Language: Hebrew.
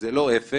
זה לא אפס.